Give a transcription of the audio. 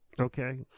okay